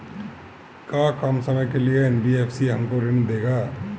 का कम समय के लिए एन.बी.एफ.सी हमको ऋण देगा?